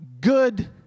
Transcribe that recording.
good